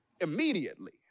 immediately